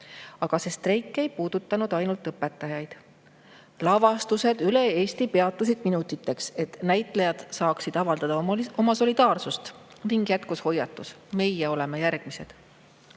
See streik ei puudutanud ainult õpetajaid. Lavastused üle Eesti [katkestati] minutiteks, et näitlejad saaksid avaldada oma solidaarsust, ning järgnes hoiatus: "Meie oleme järgmised!"